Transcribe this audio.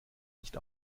nicht